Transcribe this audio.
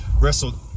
wrestled